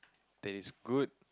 that is good